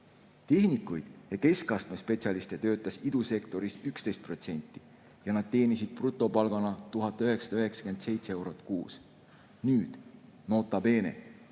Tehnikuid ja keskastme spetsialiste töötas idusektoris 11% ja nad teenisid brutopalgana 1997 eurot kuus." Nota